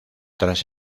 tras